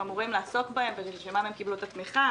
אמורים לעסוק בהם ושלשמם הם קיבלו את התמיכה?